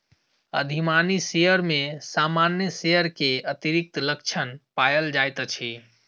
अधिमानी शेयर में सामान्य शेयर के अतिरिक्त लक्षण पायल जाइत अछि